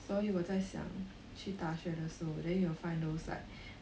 所以我在想去大学的时候 then you will find those like